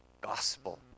gospel